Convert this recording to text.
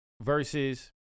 versus